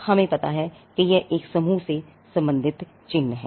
हमें पता है कि यह एक समूह से संबंधित चिन्ह है